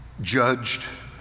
judged